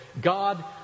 God